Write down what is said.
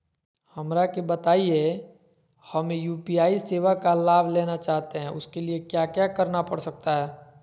हमरा के बताइए हमें यू.पी.आई सेवा का लाभ लेना चाहते हैं उसके लिए क्या क्या करना पड़ सकता है?